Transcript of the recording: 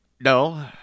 no